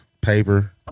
paper